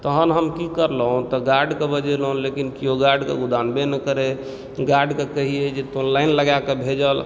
तहन हम की करलहुँ तऽ गार्डके बजेलहुँ लेकिन केओ गार्डके गुदानबे नहि करय गार्डके कहिए जे तों लाइन लगाकऽ भेजह